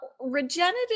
regenerative